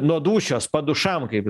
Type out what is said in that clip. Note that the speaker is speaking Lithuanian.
nuo dūšios padušam kaip